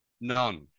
None